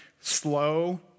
slow